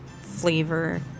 flavor